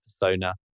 persona